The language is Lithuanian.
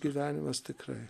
gyvenimas tikrai